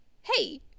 Hey